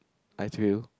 I